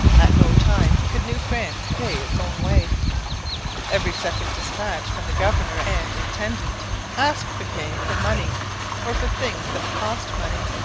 at no time could new france pay its own way every second dispatch from the governor and intendant asked the king for money or for things that cost money.